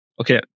okay